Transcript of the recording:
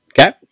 Okay